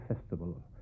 festival